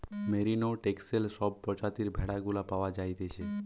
merino, Texel সব প্রজাতির ভেড়া গুলা পাওয়া যাইতেছে